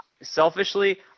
selfishly